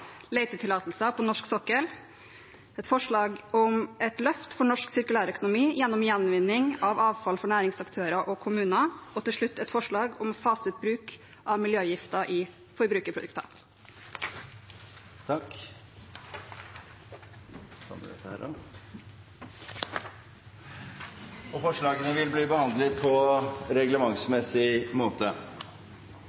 letetillatelser på norsk sokkel om et løft for norsk sirkulærøkonomi gjennom gjenvinning av avfall for næringsaktører og kommuner om å fase ut bruk av miljøgifter i forbrukerprodukter Forslagene vil bli behandlet på